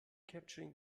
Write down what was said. capturing